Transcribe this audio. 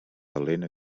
talent